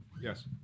Yes